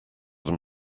them